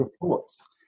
reports